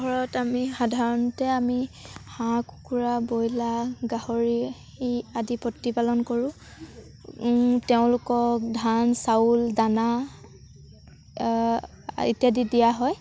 ঘৰত আমি সাধাৰণতে আমি হাঁহ কুকুৰা ব্ৰইলাৰ গাহৰি আদি প্ৰতিপালন কৰোঁ তেওঁলোকক ধান চাউল দানা ইত্যাদি দিয়া হয়